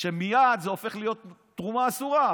שמייד זה הופך להיות תרומה אסורה.